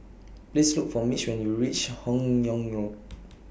Please Look For Mitch when YOU REACH Hun Yeang Road